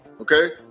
okay